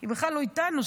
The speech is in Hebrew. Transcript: היא בכלל לא איתנו.